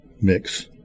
mix